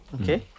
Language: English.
Okay